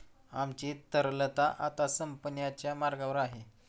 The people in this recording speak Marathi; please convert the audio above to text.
आमची तरलता आता संपण्याच्या मार्गावर आहे